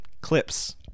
clips